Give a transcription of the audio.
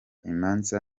imanza